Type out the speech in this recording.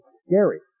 scary